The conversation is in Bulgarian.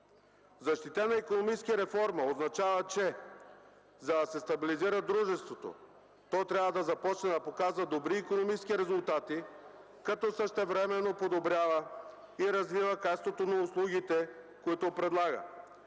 Защитена икономически реформа означава, че за да се стабилизира дружеството, то трябва да започне да показва добри икономически резултати, като същевременно започне да подобрява и развива качеството на услугите, които предлага.